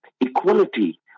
equality